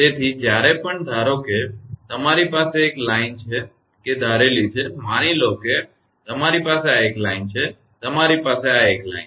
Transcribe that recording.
તેથી જ્યારે પણ ધારો કે તમારી પાસે એક લાઇન છે કે ધારેલી છે માની લો કે તમારી પાસે એક લાઇન છે તમારી પાસે એક લાઈન છે